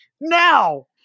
Now